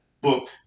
book